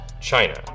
China